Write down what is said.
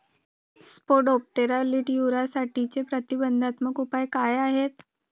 Spodoptera लिट्युरासाठीचे प्रतिबंधात्मक उपाय काय आहेत?